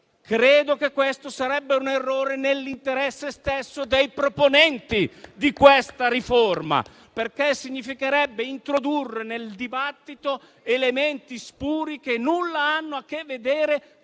europee. Questo sarebbe un errore, contro l'interesse stesso dei proponenti della riforma, perché significherebbe introdurre nel dibattito elementi spuri che nulla hanno a che vedere